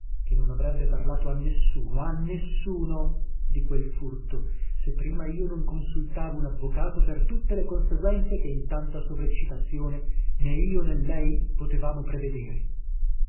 che non avrebbe parlato a nessuno a nessuno di quel furto se prima io non consultavo un avvocato per tutte le conseguenze che in tanta sovreccitazione né io né lei potevamo prevedere